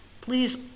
Please